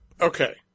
Okay